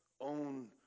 own